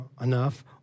enough